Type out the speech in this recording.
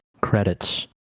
credits